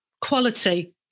quality